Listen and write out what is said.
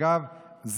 אגב,